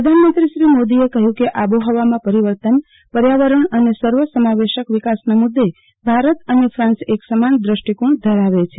પ્રધાનમંત્રીએ મોદીએ કહ્યું કે આબોહવામાં પરિવર્તન પર્યાવરણ અને સર્વ સમાવેશક વિકાસના મૂદ્દે ભારત અને ફ્રાન્સ એકસમાન દષ્ટિકોણ ધરાવે છે